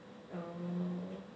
mm